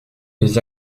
les